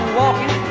walking